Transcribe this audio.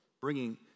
bringing